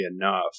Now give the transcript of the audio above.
enough